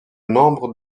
nombre